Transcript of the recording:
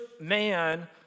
man